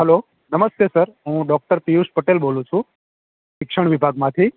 hello નમસ્તે sir હુ doctor Piyush Patel બોલું છું શિક્ષણ વિભાગમાંથી